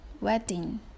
Wedding